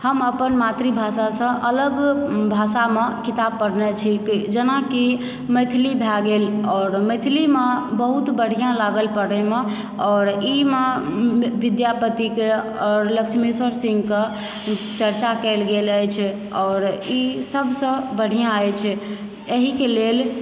हम अपन मातृभाषासँ अलग भाषामे किताब पढ़ने छी जेनाकि मैथिली भए गेल आओर मैथिलीमऽ बहुत बढ़िआँ लागल पढ़यमे आओर इमे विद्यापतिके आओर लक्ष्मीश्वर सिंहकऽ चर्चा कयल गेल अछि आओर ईसभसँ बढ़िआँ अछि एहिके लेल